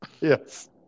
Yes